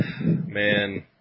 man